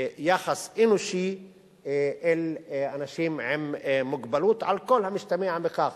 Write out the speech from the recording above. יחס אנושי לאנשים עם מוגבלות, על כל המשתמע מכך.